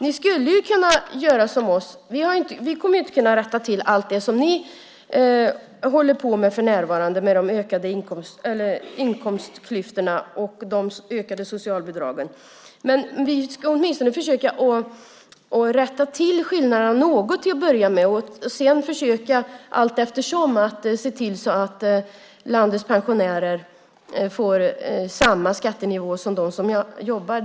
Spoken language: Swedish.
Ni skulle kunna göra som vi. Vi kommer inte att kunna rätta till allt det som ni håller på med för närvarande, med de ökande inkomstklyftorna och de ökade socialbidragen. Men vi ska åtminstone försöka rätta till skillnaderna något till att börja med och sedan försöka allt eftersom att se till att landets pensionärer får samma skattenivå som de som jobbar.